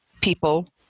people